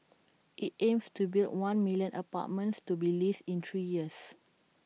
IT aims to build one million apartments to be leased in three years